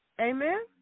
Amen